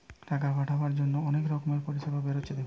টাকা পাঠাবার জন্যে অনেক রকমের পরিষেবা বেরাচ্ছে দেখুন